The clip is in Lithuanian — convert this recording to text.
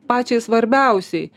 pačiai svarbiausiai